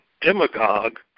demagogue